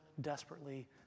desperately